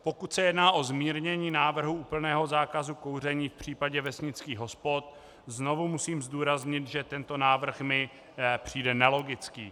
Pokud se jedná o zmírnění návrhu úplného zákazu kouření v případě vesnických hospod, znovu musím zdůraznit, že tento návrh mi přijde nelogický.